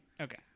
Okay